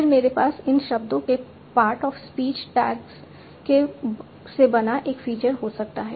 फिर मेरे पास इन शब्दों के पार्ट ऑफ स्पीच टैग्स से बना एक फीचर हो सकता है